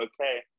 okay